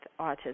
autism